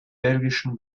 belgischen